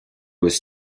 was